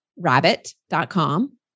rabbit.com